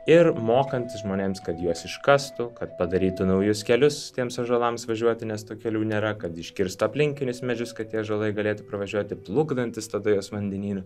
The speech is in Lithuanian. ir mokant žmonėms kad juos iškastų kad padarytų naujus kelius tiems ąžuolams važiuoti nes tų kelių nėra kad iškirstų aplinkinius medžius kad tie ąžuolai galėtų pravažiuoti plukdantis tada juos vandenynu